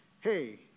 hey